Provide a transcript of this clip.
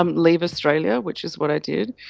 um leave australia, which is what i did.